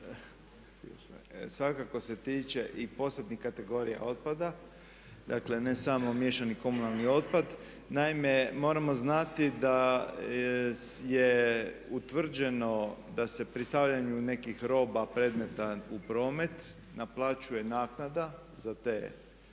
svakako se tiče i posebnih kategorija otpada, dakle ne samo miješani komunalni otpad. Naime moramo znati da je utvrđeno da se pri stavljanju nekih roba, predmeta u promet naplaćuje naknada za te,